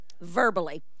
verbally